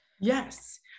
Yes